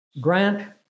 Grant